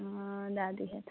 हँ दए दिहथि